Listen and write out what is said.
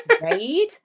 Right